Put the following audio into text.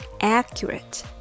accurate